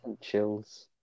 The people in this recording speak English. Chills